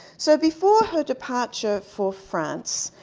so, before her departure for france,